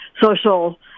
social